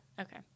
Okay